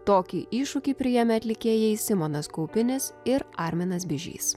tokį iššūkį priėmė atlikėjai simonas kaupinis ir arminas bižys